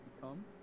become